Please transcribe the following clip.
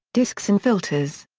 disks and filters.